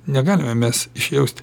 negalime mes išjausti